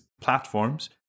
platforms